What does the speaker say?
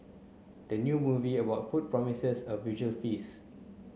the new movie about food promises a visually feast